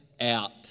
out